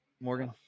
Morgan